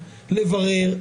לברר.